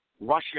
Russia